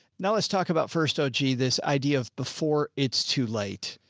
now let's talk about first. oh, gee. this idea of before it's too late.